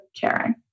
caring